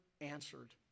answered